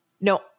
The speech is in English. No